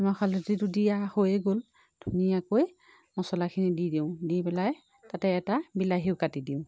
নিমখ হালধিতো দিয়া হৈয়েই গ'ল ধুনীয়াকৈ মছলাখিনি দি দিওঁ দি পেলাই তাতে এটা বিলাহীও কাটি দিওঁ